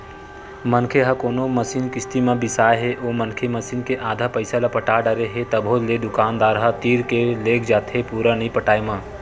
मनखे ह कोनो मसीन किस्ती म बिसाय हे ओ मनखे मसीन के आधा पइसा ल पटा डरे हे तभो ले दुकानदार ह तीर के लेग जाथे पुरा नइ पटाय म